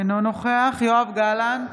אינו נוכח יואב גלנט,